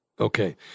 Okay